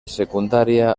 secundària